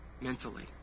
mentally